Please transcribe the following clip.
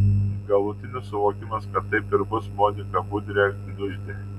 galutinis suvokimas kad taip ir bus moniką budrę gniuždė